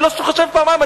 אני לא חושב פעמיים,